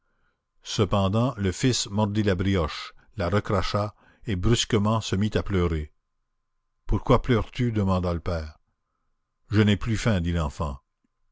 cependant le fils mordit la brioche la recracha et brusquement se mit à pleurer pourquoi pleures-tu demanda le père je n'ai plus faim dit l'enfant